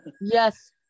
Yes